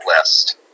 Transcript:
list